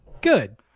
Good